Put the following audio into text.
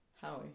Howie